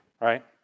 right